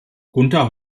gunter